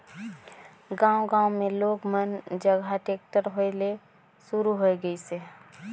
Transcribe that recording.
गांव गांव मे लोग मन जघा टेक्टर होय ले सुरू होये गइसे